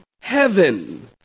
heaven